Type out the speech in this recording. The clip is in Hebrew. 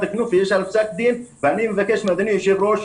החינוך ויש פסק דין ואני מבקש מאדוני היושב ראש,